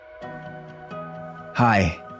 Hi